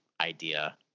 idea